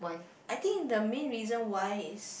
I think the main reason why is